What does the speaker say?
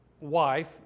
wife